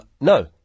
no